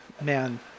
man